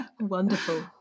Wonderful